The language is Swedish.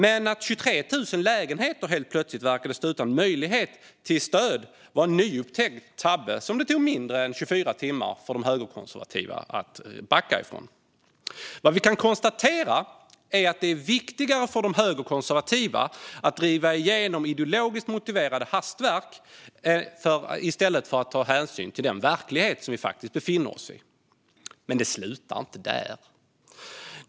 Men att 23 000 lägenheter helt plötsligt verkade stå utan möjlighet till stöd var en nyupptäckt tabbe som det tog mindre än 24 timmar för de högerkonservativa att backa från. Vad vi kan konstatera är att det är viktigare för de högerkonservativa att driva igenom ideologiskt motiverade hastverk än att ta hänsyn till den verklighet som vi faktiskt befinner oss i. Men det slutar inte där.